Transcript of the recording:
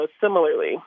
similarly